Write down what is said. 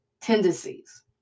tendencies